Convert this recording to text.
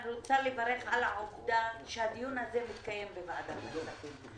אני רוצה לברך על העובדה שהדיון הזה מתקיים בוועדת הכספים.